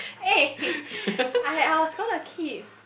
(ehe) I I was gonna keep